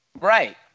Right